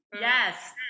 Yes